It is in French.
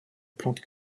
plante